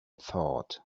thought